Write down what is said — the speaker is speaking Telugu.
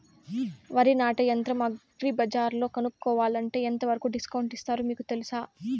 వరి నాటే యంత్రం అగ్రి బజార్లో కొనుక్కోవాలంటే ఎంతవరకు డిస్కౌంట్ ఇస్తారు మీకు తెలుసా?